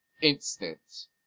instance